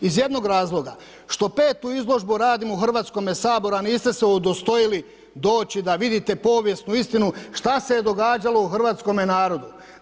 Iz jednog razloga što 5.-tu izložbu radim u Hrvatskome saboru a niste se udostojili doći da vidite povijesnu istinu šta se je događalo u Hrvatskom narodu.